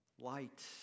Light